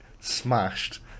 smashed